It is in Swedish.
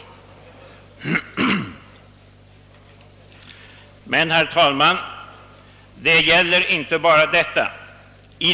Men, herr talman, det gäller inte bara detta.